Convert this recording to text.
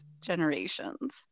generations